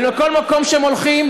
ולכל מקום שהם הולכים,